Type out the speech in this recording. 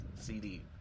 CD